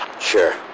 Sure